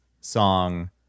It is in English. song